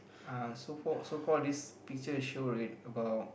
uh so for so call this picture show red about